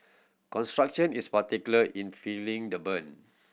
construction is particular in feeling the brunt